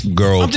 girl